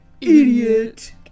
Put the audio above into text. idiot